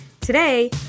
Today